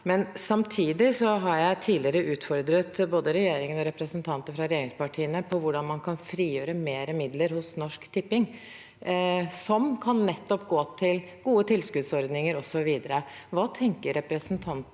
Samtidig har jeg tidligere utfordret både regjeringen og representanter fra regjeringspartiene på hvordan man kan frigjøre mer midler hos Norsk Tipping, som kan gå til nettopp gode tilskuddsordninger osv. Hva tenker representanten